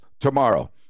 tomorrow